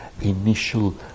initial